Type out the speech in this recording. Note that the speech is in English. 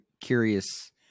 curious